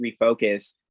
refocus